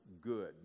good